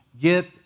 get